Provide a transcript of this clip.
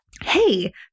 hey